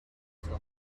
for